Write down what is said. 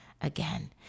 again